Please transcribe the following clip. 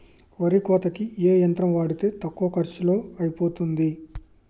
వరి కోతకి ఏ యంత్రం వాడితే తక్కువ ఖర్చులో అయిపోతుంది?